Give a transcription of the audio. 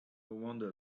wonder